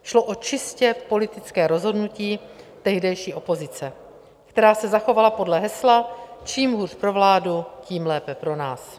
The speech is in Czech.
Šlo o čistě politické rozhodnutí tehdejší opozice, která se zachovala podle hesla čím hůř pro vládu, tím lépe pro nás.